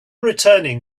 returning